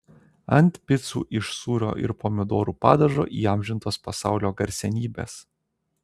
ant picų iš sūrio ir pomidorų padažo įamžintos pasaulio garsenybės